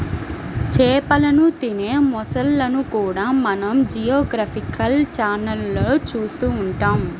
చేపలను తినే మొసళ్ళను కూడా మనం జియోగ్రాఫికల్ ఛానళ్లలో చూస్తూ ఉంటాం